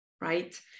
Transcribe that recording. right